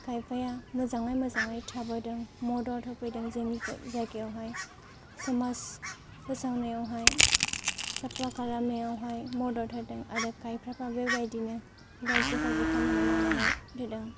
खायफाया मोजाङै मोजाङै थाबोदों मदद होफैदों जोंनि जायगायावहाय समाज फोसाबनायावहाय साफा खालामनायावहाय मदद होदों आरो खायफाफ्रा बेबायदिनो गाज्रि गाज्रि खामानि मावनानै दिन्थिदों